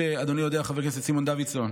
כפי שיודע אדוני חבר הכנסת סימון דוידסון,